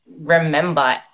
remember